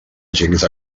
agents